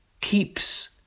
keeps